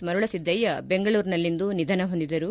ಮರುಳ ಸಿದ್ದಯ್ಯ ಬೆಂಗಳೂರಿನಲ್ಲಿಂದು ನಿಧನ ಹೊಂದಿದರು